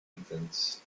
infants